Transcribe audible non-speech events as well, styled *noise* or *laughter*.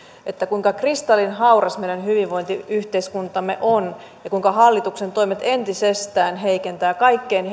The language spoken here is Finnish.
kuinka kristallinhauras meidän hyvinvointiyhteiskuntamme on ja kuinka hallituksen toimet entisestään heikentävät kaikkein *unintelligible*